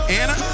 anna